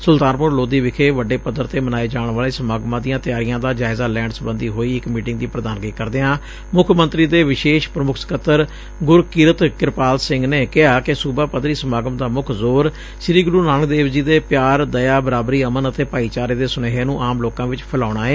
ਸੁਲਤਾਨਪੁਰ ਲੋਧੀ ਵਿਖੇ ਵੱਡੇ ਪੱਧਰ ਤੇ ਮਨਾਏ ਜਾਣ ਵਾਲੇ ਸਮਾਗਮਾਂ ਦੀਆਂ ਤਿਆਰੀਆ ਦਾ ਜਾਇਜ਼ਾ ਲੈਣ ਸਬੰਧੀ ਹੋਈ ਇਕ ਮੀਟਿੰਗ ਦੀ ਪ੍ਧਾਨਗੀ ਕਰਦਿਆਂ ਮੁੱਖ ਮੰਤਰੀ ਦੇ ਵਿਸ਼ੇਸ਼ ਪ੍ਮੁੱਖ ਸਕੱਤਰ ਗੁਰਕੀਰਤ ਕਿਰਪਾਲ ਸਿੰਘ ਨੇ ਕਿਹਾ ਕਿ ਸੂਬਾ ਪੱਧਰੀ ਸਮਾਗਮ ਦਾ ਮੁੱਖ ਜ਼ੋਰ ਸ੍ਰੀ ਗੁਰੂ ਨਾਨਕ ਦੇਵ ਜੀ ਦੇ ਪਿਆਰ ਦਇਆ ਬਰਾਬਰੀ ਅਮਨ ਅਤੇ ਭਾਈਚਾਰੇ ਦੇ ਸੁਨੇਹੇ ਨੂੰ ਆਮ ਲੋਕਾਂ ਵਿਚ ਫੈਲਾਉਣਾ ਏ